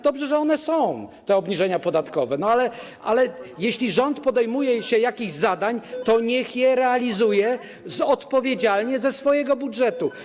Dobrze, że one są, te obniżenia podatku, ale jeśli rząd podejmuje się jakichś zadań, to niech je realizuje odpowiedzialnie, ze swojego budżetu.